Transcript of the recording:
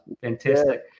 fantastic